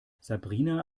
sabrina